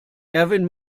erwin